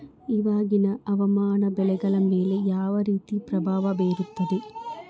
ಇವಾಗಿನ ಹವಾಮಾನ ಬೆಳೆಗಳ ಮೇಲೆ ಯಾವ ರೇತಿ ಪ್ರಭಾವ ಬೇರುತ್ತದೆ?